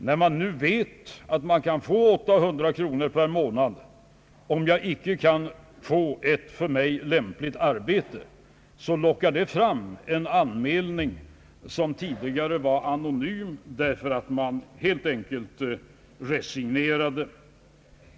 När en person nu vet att han kan få 800 kronor per månad om han inte kan få ett för honom lämpligt ar bete, lockar det fram en anmälning, där vederbörande tidigare förblev anonym, därför att man helt enkelt resignerade.